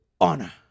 honor